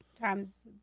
times